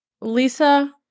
Lisa